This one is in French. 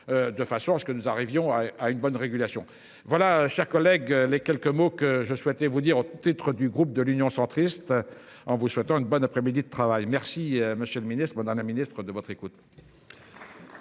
De façon à ce que nous arrivions à une bonne régulation voilà, chers collègues. Les quelques mots que je souhaitais vous dire en titre du groupe de l'Union centriste. En vous souhaitant une bonne après-midi de travail. Merci Monsieur le Ministre Moderna Ministre de votre écoute.